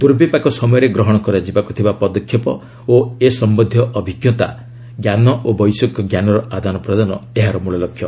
ଦୁର୍ବିପାକ ସମୟରେ ଗ୍ରହଣ କରାଯିବାକୁ ଥିବା ପଦକ୍ଷେପ ଏ ସମ୍ଭନ୍ଧୀୟ ଅଭିଜ୍ଞତା ଜ୍ଞାନ ଓ ବୈଷୟିକ ଜ୍ଞାନର ଆଦାନ ପ୍ରଦାନ ଏହାର ମୂଳ ଲକ୍ଷ୍ୟ